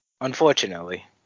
Unfortunately